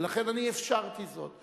ולכן אני אפשרתי זאת.